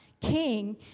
king